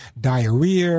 diarrhea